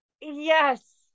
yes